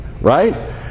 right